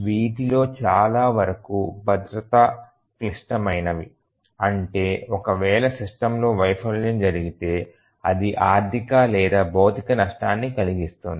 వీటిలో చాలా వరకు భద్రత క్లిష్టమైనవి అంటే ఒక వేళ సిస్టమ్ లో వైఫల్యం జరిగితే అది ఆర్థిక లేదా భౌతిక నష్టాన్ని కలిగిస్తుంది